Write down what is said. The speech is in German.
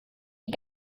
die